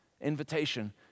Invitation